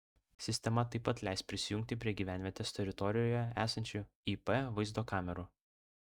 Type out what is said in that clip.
sistema taip pat leis prisijungti prie gyvenvietės teritorijoje esančių ip vaizdo kamerų